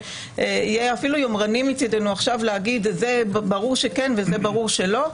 יהיה אפילו יומרני מצידנו עכשיו להגיד: זה ברור שזה כן וזה ברור שלא.